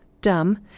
dumb